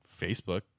Facebook